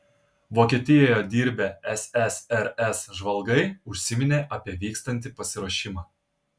vokietijoje dirbę ssrs žvalgai užsiminė apie vykstantį pasiruošimą